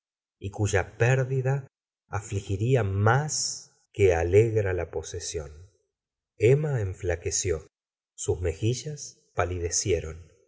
y cuya pérdida afligiría más que alegra la posesión emma enflaqueció sus mejillas palidecieron